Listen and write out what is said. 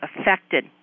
affected